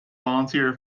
volunteer